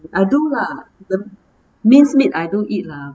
I do lah the mince meat I do eat lah